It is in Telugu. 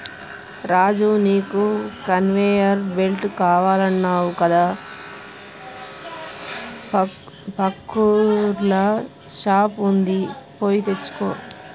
రాజు నీకు కన్వేయర్ బెల్ట్ కావాలన్నావు కదా పక్కూర్ల షాప్ వుంది పోయి తెచ్చుకో